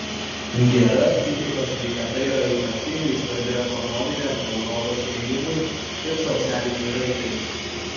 gera psichikos sveikata yra ypatingai svarbi ekonominiam europos augimui ir socialinei raidai